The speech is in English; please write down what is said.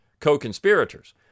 co-conspirators